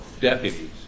deputies